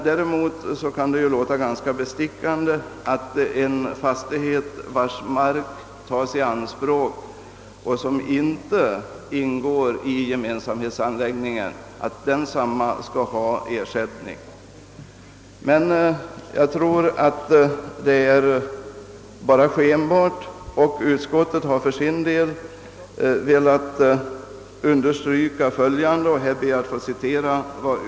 Däremot kan det låta ganska bestickande att ägaren till en fastighet, vars mark tages i anspråk och som inte ingår i gemensamhetsanläggningen, skall ha ersättning. Jag tror emellertid att det endast är en skenbar rättvisa.